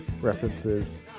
references